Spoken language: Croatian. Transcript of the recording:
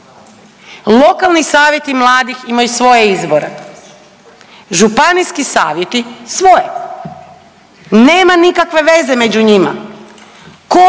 Lokalni savjeti mladih imaju svoje izbore, županijski savjeti svoje. Nema nikakve veze među njima.